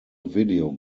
video